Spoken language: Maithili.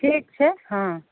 ठीक छै हँ